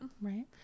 right